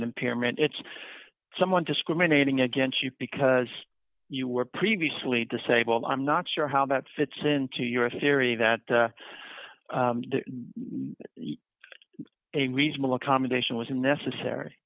impairment it's someone discriminating against you because you were previously disable i'm not sure how that fits into your theory that a reasonable accommodation wasn't necessary